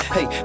Hey